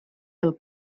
dels